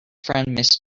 friend